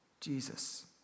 Jesus